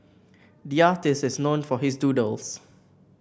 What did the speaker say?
the artist is known for his doodles